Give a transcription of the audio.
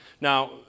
Now